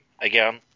Again